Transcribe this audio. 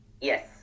Yes